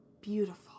beautiful